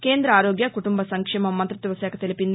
కేంద ఆరోగ్య కుటుంబ సంక్షేమ మంతిత్వ శాఖ తెలిపింది